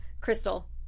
Crystal